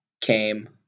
came